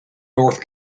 north